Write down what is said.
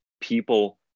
people